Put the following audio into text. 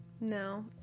No